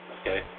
Okay